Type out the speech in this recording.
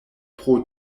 pro